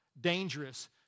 dangerous